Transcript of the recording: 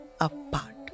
apart